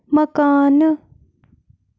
مکانہٕ